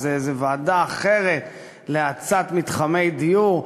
זו ועדה אחרת להאצת מתחמי דיור.